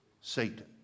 Satan